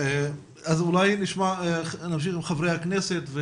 נמשיך עם חברי הכנסת.